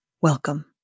welcome